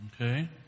okay